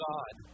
God